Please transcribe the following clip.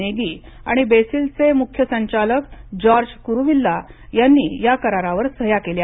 नेगी आणि बेसिलचे मुख्य संचालक जॉर्ज क्रुविल्ला यांनी या करारावर सह्या केल्या